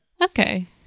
Okay